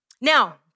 Now